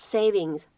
Savings